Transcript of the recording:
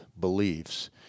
beliefs